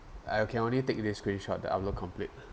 I can only take this screenshot the upload complete